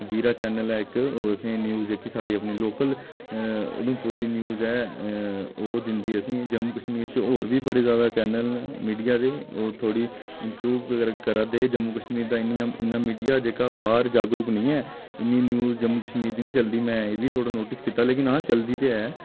वीरा channel ऐ इक ओह् असें ई न्यूज जेह्की साढ़ी अपनी लोकल उधमपुर दी न्यूज ऐ ओह् दिंदी असें ई जम्मू कश्मीर च होर बी बड़े जैदा चैनल न मीडिया दे ओह् थोह्ड़ी इम्प्रूव करै दे जम्मू कश्मीर दा इन्नियां इन्ना मीडिया जेह्का बाह्र जागरूक नेईं ऐ इन्नी न्यूज जम्मू कश्मीर दी निं चलदी में एह् बी थोह्ड़ा नोटिस कीता लेकिन हां चलदी ते ऐ